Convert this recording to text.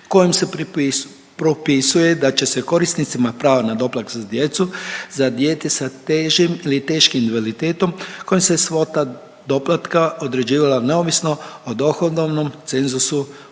kojim se propisuje da će se korisnicima prava na doplatak za djecu, za dijete sa težim ili teškim invaliditetom kojim se svota doplatka određivala neovisno o dohodovnom cenzusu omogućiti